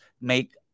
make